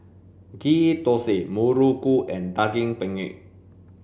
ghee thosai muruku and daging penyet